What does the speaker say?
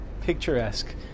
picturesque